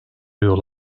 yol